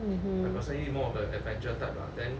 mmhmm